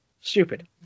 stupid